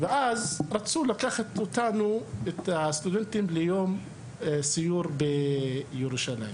רצו לקחת אותנו, הסטודנטים לסיור בירושלים.